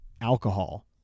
alcohol